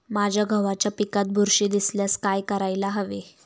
माझ्या गव्हाच्या पिकात बुरशी दिसल्यास काय करायला हवे?